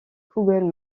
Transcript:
google